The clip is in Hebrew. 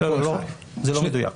זה לא מדויק.